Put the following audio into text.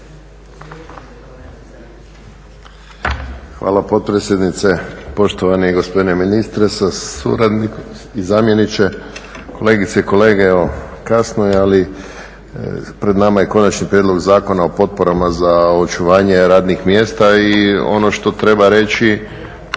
Hvala potpredsjednice, poštovani gospodine ministre sa suradnikom, zamjeniče, kolegice i kolege. Evo, kasno je ali pred nama je Konačni prijedlog Zakona o potporama za očuvanje radnih mjesta i ono što treba reći